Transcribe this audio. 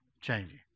changing